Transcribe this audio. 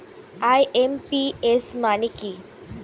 IMPS মানে কি?